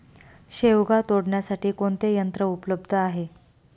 शेवगा तोडण्यासाठी कोणते यंत्र उपलब्ध आहे?